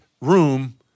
room